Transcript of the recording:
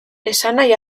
esanahi